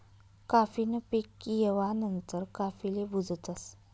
काफी न पीक येवा नंतर काफीले भुजतस